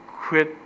quit